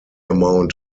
amount